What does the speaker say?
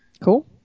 Cool